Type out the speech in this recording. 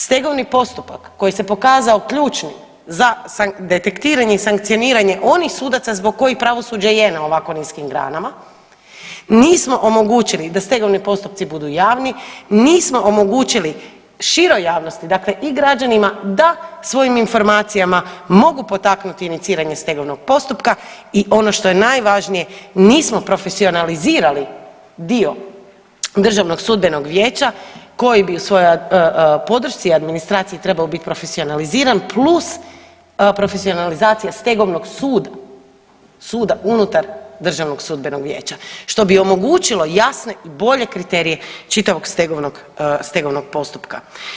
Stegovni postupak koji se pokazao ključnim za detektiranje i sankcioniranje onih sudaca zbog kojih pravosuđe je na ovako niskim granama, nismo omogućili da stegovni postupci budu javni, nismo omogućili široj javnosti dakle i građanima da svojim informacijama mogu potaknuti iniciranje stegovnog postupaka i ono što je najvažnije nismo profesionalizirali dio Državnog sudbenog vijeća koji bi u svojoj podršci i administraciji trebao biti profesionaliziran plus profesionalizacija stegovnog suda, suda unutar Državnog sudbenog vijeća što bi omogućilo jasne i bolje kriterije čitavog stegovnog, stegovnog postupka.